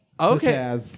Okay